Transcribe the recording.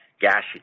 gas